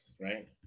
right